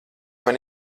man